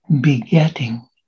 begetting